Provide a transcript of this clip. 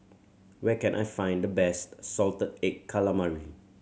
where can I find the best salted egg calamari